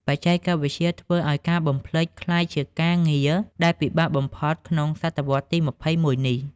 បច្ចេកវិទ្យាធ្វើឱ្យការ "បំភ្លេច" ក្លាយជាការងារដែលពិបាកបំផុតនៅក្នុងសតវត្សទី ២១ នេះ។